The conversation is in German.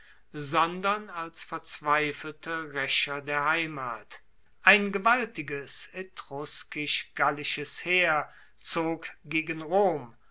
sondern als verzweifelte raecher der heimat ein gewaltiges etruskisch gallisches heer zog gegen rom